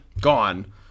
Gone